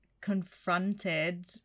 confronted